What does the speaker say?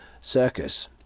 circus